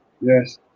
yes